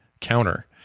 counter